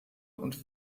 und